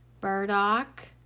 burdock